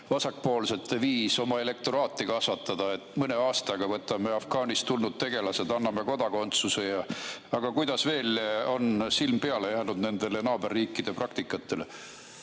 vasakpoolsete viis oma elektoraati kasvatada, et mõne aastaga võtame afgaanist tulnud tegelased, anname kodakondsuse ja... Kuidas veel on silm peale jäänud naaberriikide praktikale?